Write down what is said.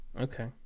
Okay